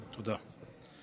תודה.